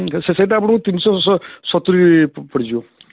ସେଇଟା ଆପଣଙ୍କୁ ତିନି ଶହ ସତୁରି ପଡ଼ିଯିବ